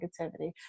negativity